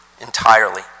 entirely